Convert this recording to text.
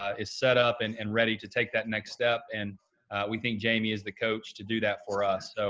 ah is set up and and ready to take that next step, and we think jamie is the coach to do that for us. so,